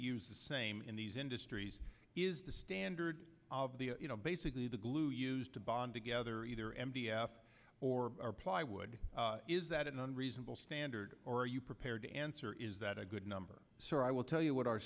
use the same in these industries is the standard of the you know basically the glue used to bond together either m d f or plywood is that an unreasonable standard or are you prepared to answer is that a good number so i will tell you what our